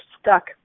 stuck